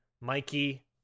Mikey